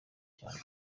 cyane